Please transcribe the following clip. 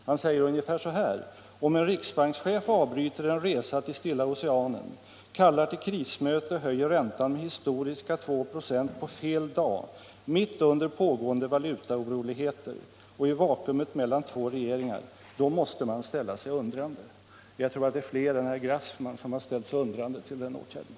Grassman säger: : ”Om —-—- en riksbankschef avbryter en resa till Stilla Occanen, kallar till krismöte och höjer räntan med historiska 2 procent på fel dag mit under pågående valutaoroligheter och i vakuumet mellan två regeringar - då måste man ställa sig undrande.” Jag tror det är fler än herr Grassman som har ställt sig undrande till den åtgärden.